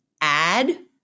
add